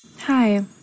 Hi